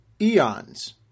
eons